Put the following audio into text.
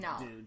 No